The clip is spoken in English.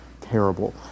terrible